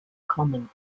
common